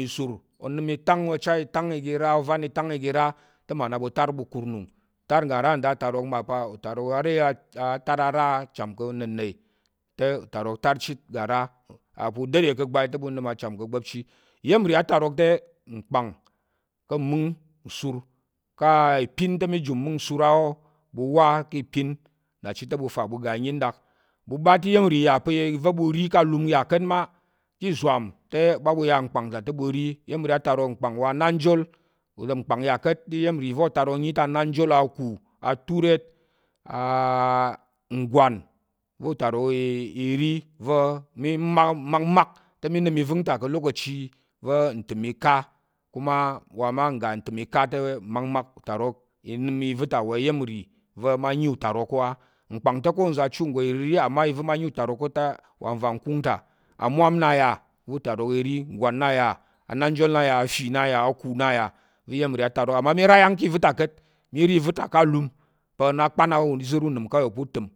isur, onəm tang iga ra, ocha tang iga ra, ovan i tang i ga ra te, mmaɓu na tar nra nkur nung, ntar ngga nra nda atarok mal pa̱ utarok atar achwan pa̱ nna̱ne te utarok tar chit ga nra a yà pa̱ u dade ka̱ gbai te ɓu nəm achwan pa̱ gba̱pchi, te nkpang ká̱ mungsur, ká̱ ìpin te mi jumung nsur a wó ɓu wá ká̱ ipin nna chit te ɓu fa ɓu ga ayin ɗak, ɓu te iya̱m nri ya pa̱ u ri ka̱ alum ka̱t ma, ka̱ azwam ta te ɓa ɓu ya kpang ɓu ri, iya̱m nri atarak nkpang wa ananjuwal, u ɗom kpang ya ka̱t, iya̱m nri atarok wa anangjuwal. aku, aturet, ngwan va̱ utarok i ri va̱ mi makmak te nəm ivəng ta ka̱ lokachi va̱ ntəm ika, kuma wa mma ngga ntəm ika te makmak mi nəm iva̱ ta wa iya̱m nri va̱ mma yi utarok ko á. Akpang te, ko nza̱ achu nggo irirì, amma va ma iyi tarok ko te wava kun ta amum na ya va tarok iri i gwan na ya a nanjuwal afi na ya aku na ya te iyam ri tarok amma mi rayan ki vata kat mi ri vata ka lum kpa kpan izir unim kawai u tim